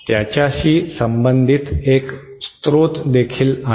त्याच्याशी संबंधित एक स्त्रोत देखील आहे